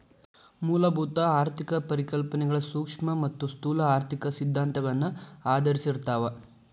ಮೂಲಭೂತ ಆರ್ಥಿಕ ಪರಿಕಲ್ಪನೆಗಳ ಸೂಕ್ಷ್ಮ ಮತ್ತ ಸ್ಥೂಲ ಆರ್ಥಿಕ ಸಿದ್ಧಾಂತಗಳನ್ನ ಆಧರಿಸಿರ್ತಾವ